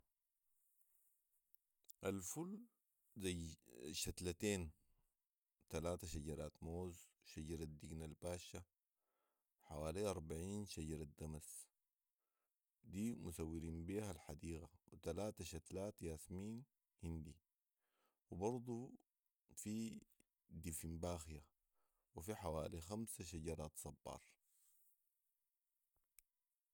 الفل ذي شتلتين و تلات شجرات موز وشجره دقن الباشا وحوالي اربعين شجره دمس دي مسورين بيها الحديقه وتلات شتلات ياسمين هندي وبرضو في دفنباخيا وفي حوالي خمس شجرات صبار